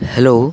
hello